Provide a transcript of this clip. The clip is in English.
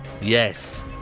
Yes